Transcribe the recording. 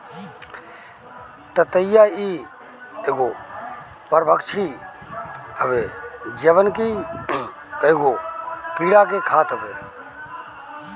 ततैया इ एगो परभक्षी हवे जवन की कईगो कीड़ा के खात हवे